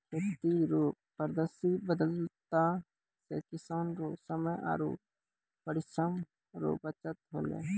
खेती रो पद्धति बदलला से किसान रो समय आरु परिश्रम रो बचत होलै